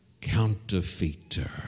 counterfeiter